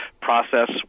process